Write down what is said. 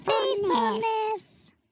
Faithfulness